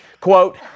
quote